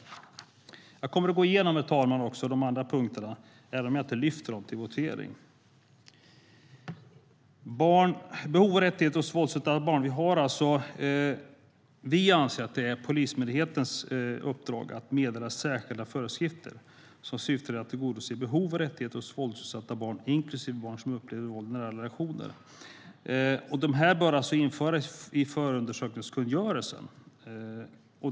Jag kommer att gå igenom även de andra punkterna, herr talman, även om jag inte lyfter dem till votering. När det gäller behov och rättigheter hos våldsutsatta barn anser vi att det är polismyndighetens uppdrag att meddela särskilda föreskrifter som syftar till att tillgodose behov och rättigheter hos våldsutsatta barn, inklusive barn som upplever våld i nära relationer. De bör alltså införas i förundersökningskungörelsen.